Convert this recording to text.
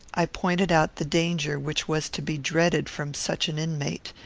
i pointed out the danger which was to be dreaded from such an inmate.